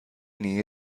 nähe